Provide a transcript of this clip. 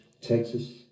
Texas